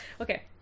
okay